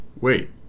wait